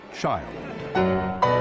child